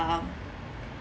uh